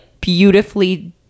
beautifully